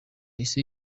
isi